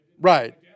Right